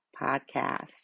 podcast